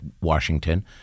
Washington